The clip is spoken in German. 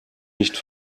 nicht